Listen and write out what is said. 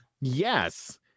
Yes